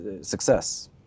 success